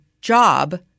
job